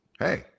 Hey